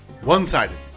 One-sided